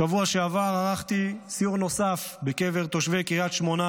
בשבוע שעבר ערכתי סיור נוסף בקרב תושבי קריית שמונה